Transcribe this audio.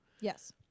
yes